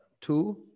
Two